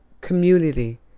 community